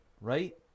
right